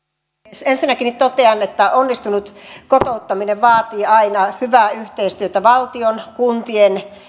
puhemies ensinnäkin totean että onnistunut kotouttaminen vaatii aina hyvää yhteistyötä valtion kuntien